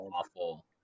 awful